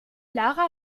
lara